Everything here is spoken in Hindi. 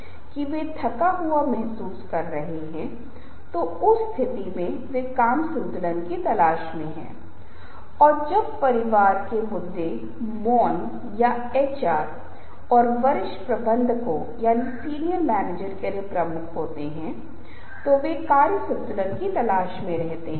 संज्ञानात्मक प्रतिक्रिया में एक भावनात्मक प्रतिक्रिया भी शामिल है समर्थक तर्क हैं काउंटर तर्क हैं विचार जो संदेश के साथ उत्पन्न होते हैं संदेश पर रचनात्मक रूप से विस्तृत होते हैं या संदेश के लिए अप्रासंगिक होते हैं इन सभी का प्रभाव उस तरीके पर होता है जो संदेश को माना जाता है और संदेश के प्रति रवैया विकसित होता है